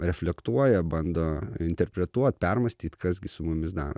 reflektuoja bando interpretuot permąstyti kas gi su mumis daros